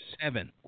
seven